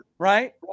right